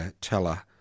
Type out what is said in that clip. teller